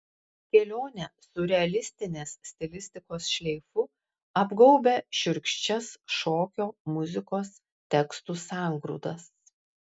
kelionė siurrealistinės stilistikos šleifu apgaubia šiurkščias šokio muzikos tekstų sangrūdas